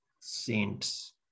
saints